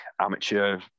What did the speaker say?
amateur